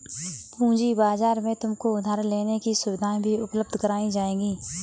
पूँजी बाजार में तुमको उधार लेने की सुविधाएं भी उपलब्ध कराई जाएंगी